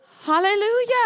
Hallelujah